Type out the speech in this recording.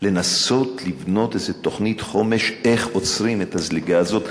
לנסות לבנות איזו תוכנית חומש איך עוצרים את הזליגה הזאת.